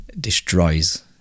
destroys